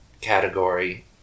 category